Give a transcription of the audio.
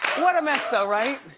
what a mess, though, right?